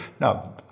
Now